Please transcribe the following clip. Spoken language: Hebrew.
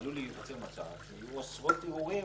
עלול להיווצר מצב שיהיו עשרות ערעורים